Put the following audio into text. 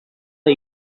are